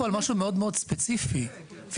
מאוד מאוד ספציפי,